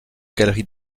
galeries